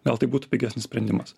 gal tai būtų pigesnis sprendimas